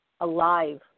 alive